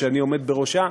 שאני עומד בראשה,